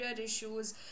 issues